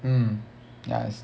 um ya is